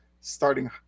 starting